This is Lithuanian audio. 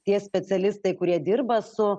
tie specialistai kurie dirba su